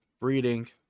Breeding